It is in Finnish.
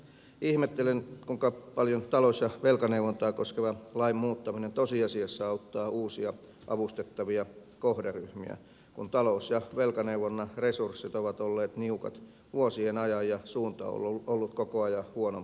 ihmettelen kuinka paljon talous ja velkaneuvontaa koskevan lain muuttaminen tosiasiassa auttaa uusia avustettavia kohderyhmiä kun talous ja velkaneuvonnan resurssit ovat olleet niukat vuosien ajan ja suunta on ollut koko ajan huonompaan päin